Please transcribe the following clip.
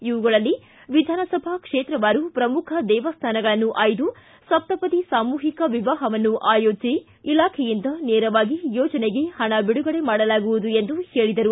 ಇವುಗಳಲ್ಲಿ ವಿಧಾನಸಭಾ ಕ್ಷೇತ್ರವಾರು ಪ್ರಮುಖ ದೇವಸ್ಥಾನಗಳನ್ನು ಆಯ್ದು ಸಪ್ತಪದಿ ಸಾಮೂಹಿಕ ವಿವಾಹವನ್ನು ಆಯೋಜಿಸಿ ಇಲಾಖೆಯಿಂದ ನೇರವಾಗಿ ಯೋಜನೆಗೆ ಹಣ ಬಿಡುಗಡೆ ಮಾಡಲಾಗುವುದು ಎಂದು ಹೇಳಿದರು